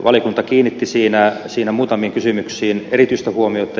valiokunta kiinnitti siinä muutamiin kysymyksiin erityistä huomiota